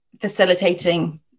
facilitating